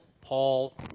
Paul